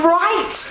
right